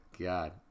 God